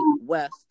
West